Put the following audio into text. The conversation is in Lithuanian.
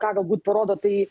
ką galbūt parodo tai